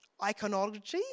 iconology